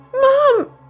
Mom